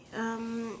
um